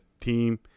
team